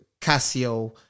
Casio